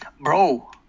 Bro